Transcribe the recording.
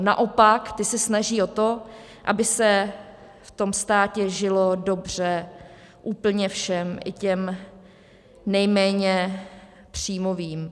Naopak, ty se snaží o to, aby se v tom státě žilo dobře úplně všem, i těm nejméně příjmovým.